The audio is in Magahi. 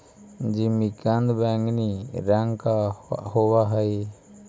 जिमीकंद बैंगनी रंग का होव हई